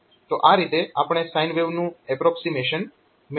તો આ રીતે આપણે સાઈન વેવનું એપ્રોક્સીમેશન મેળવી શકીએ છીએ